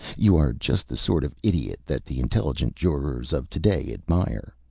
you are just the sort of idiot that the intelligent jurors of to-day admire,